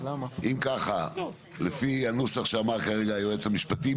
אם ככה לפי הנוסח שאמר כרגע היועץ המשפטי.